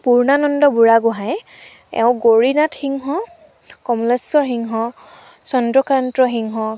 পূৰ্ণানন্দ বুঢ়াগোহাঁয়ে এওঁ গৌৰীনাথ সিংহ কমলেশ্বৰ সিংহ চন্দ্ৰকান্ত সিংহ